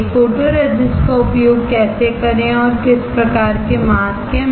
एक फोटोरेसिस्ट का उपयोग कैसे करें और किस प्रकार के मास्क हैं